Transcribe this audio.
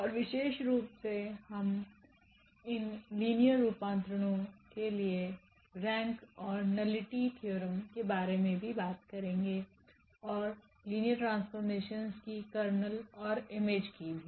और विशेष रूप से हम इन लिनियर ट्रांसफॉर्मेशन के लिए रैंक और नलिटी थ्योरम के बारे में भी बात करेंगे और लिनियर ट्रांसफॉर्मेशन की कर्नेल और इमेज की भी